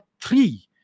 three